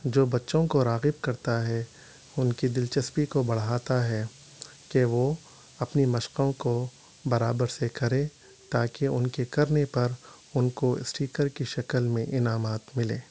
جو بچوں کو راغب کرتا ہے ان کی دلچسپی کو بڑھاتا ہے کہ وہ اپنی مشقوں کو برابر سے کریں تاکہ ان کے کرنے پر ان کو اسٹیکر کی شکل میں انعامات ملیں